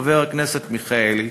חבר הכנסת מיכאלי,